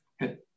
Good